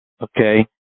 okay